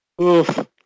Oof